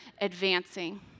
advancing